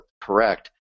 correct